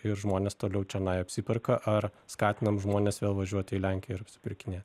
ir žmonės toliau čianai apsiperka ar skatinam žmones vėl važiuoti į lenkiją ir apsipirkinė